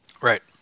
Right